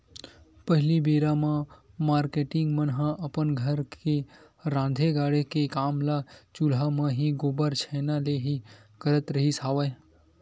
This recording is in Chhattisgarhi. पहिली बेरा म मारकेटिंग मन ह अपन घर के राँधे गढ़े के काम ल चूल्हा म ही, गोबर छैना ले ही करत रिहिस हवय